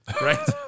right